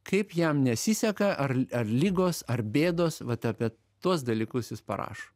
kaip jam nesiseka ar ar ligos ar bėdos vat apie tuos dalykus jis parašo